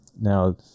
now